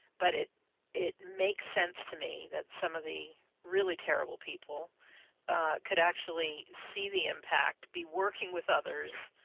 but it it makes sense to me that some of the really terrible people could actually see the impact, be working with others,